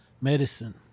medicine